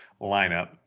lineup